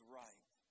right